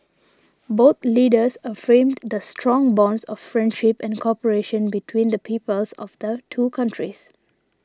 both leaders affirmed the strong bonds of friendship and cooperation between the peoples of the two countries